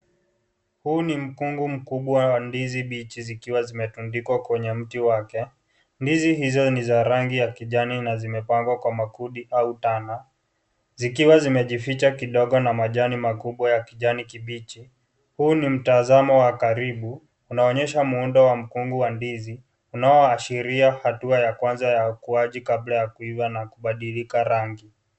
Huu ni mkungu mkubwa wa ndizi mbichi zikiwa zimetundikwa kwenye mti wake, ndizi hizo ni za rangi ya kijani na yamepangwa kwa makundi au tano zikiwa zimejificha kidogo na majani makubwa ya kijani kibichi huu ni mtazamo wa karibu unaoonyesha muundo wa mkungu wa ndizi unaoashiria hatua ya kwanza ya ukuaji kabla ya kuiva na kubadilika rangi.